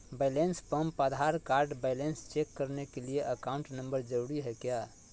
Balance pump Aadhaar card balance check करने के लिए अकाउंट नंबर जरूरी है क्या?